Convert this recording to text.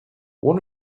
one